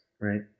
right